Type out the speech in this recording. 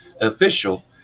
official